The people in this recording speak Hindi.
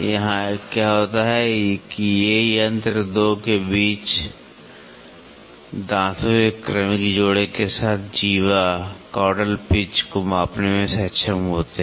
यहां क्या होता है कि ये यंत्र दो के बीच दांतों के क्रमिक जोड़े के साथ जीवा कॉर्डल पिच को मापने में सक्षम होते हैं